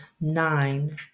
nine